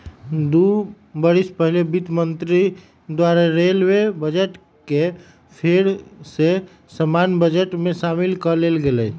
दू बरिस पहिले वित्त मंत्री द्वारा रेलवे बजट के फेर सँ सामान्य बजट में सामिल क लेल गेलइ